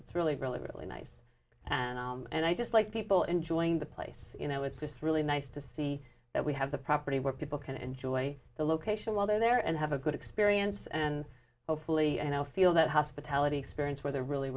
it's really really really nice and i just like people enjoying the place you know it's just really nice to see that we have the property where people can enjoy the location while they're there and have a good experience and hopefully and i'll feel that hospitality experience where they're really